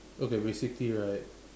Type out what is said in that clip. okay basically right